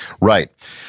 right